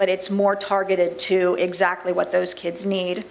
but it's more targeted to exactly what those kids need